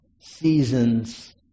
seasons